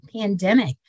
pandemic